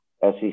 SEC